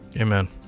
Amen